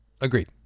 Agreed